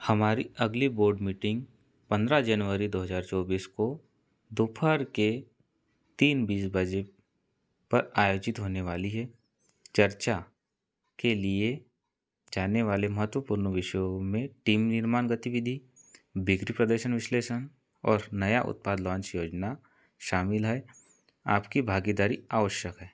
हमारी अगली board meeting पन्द्रह जनवरी दो हज़ार चौबीस को दोपहर के तीन बीस बजे पर आयोजित होने वाली है चर्चा के लिए जानने वाले महत्वपूर्ण विषयों में टीम निर्मान गतिविधि बिक्री प्रदर्शन विश्लेषन और नया उत्पाद लॉन्च योजना शामिल है आपकी भागीदारी आवश्यक है